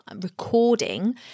recording